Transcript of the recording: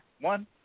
one